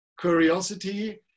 curiosity